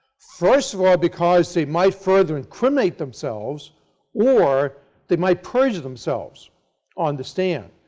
first of all because they might further incriminate themselves or they might perjure themselves on the stand.